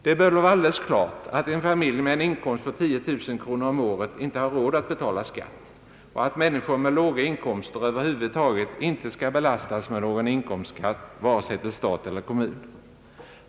Det bör väl vara alldeles klart att en familj med en inkomst på 10 000 kronor per år inte har råd att betala skatt, och att människor med låga inkomster över huvud taget inte skall belastas med någon inkomstskatt vare sig till stat eller kommun.